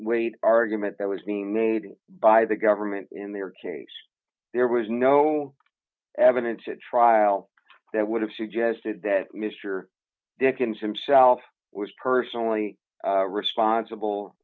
weight argument that was being made by the government in their case there was no evidence at trial that would have suggested that mr dickens him self was personally responsible